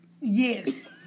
Yes